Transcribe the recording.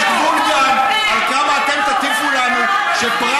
יש גבול גם לכמה אתם תטיפו לנו שפריימריז